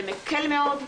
זה מקל מאוד.